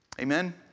Amen